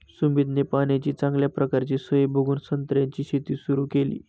सुमितने पाण्याची चांगल्या प्रकारची सोय बघून संत्र्याची शेती सुरु केली